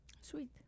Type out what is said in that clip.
Sweet